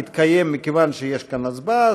מכיוון שיש הצבעה,